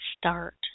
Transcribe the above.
start